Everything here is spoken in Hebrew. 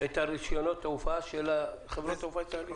את רשיונות התעופה של חברות התעופה הישראליות.